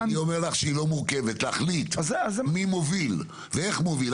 מורכבת להחליט מי מוביל ואיך הוא מוביל.